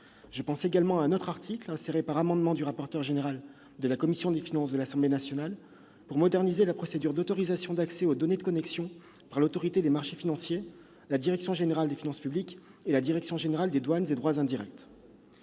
J'évoquerai également un autre article, issu d'un amendement déposé par le rapporteur général de la commission des finances de l'Assemblée nationale, pour moderniser la procédure d'autorisation d'accès aux données de connexion par l'Autorité des marchés financiers, la direction générale des finances publiques et la direction générale des douanes et droits indirects.